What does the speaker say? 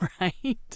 right